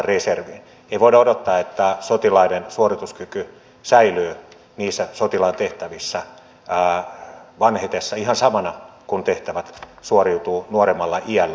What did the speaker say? ei voida odottaa että sotilaiden suorituskyky säilyy niissä sotilaan tehtävissä vanhetessa ihan samana kuin miten tehtävistä suoriudutaan nuoremmalla iällä